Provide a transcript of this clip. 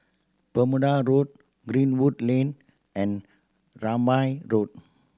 Bermuda Road Greenwood Lane and Rambai Road